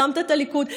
החרמת את הליכוד,